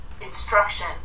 instruction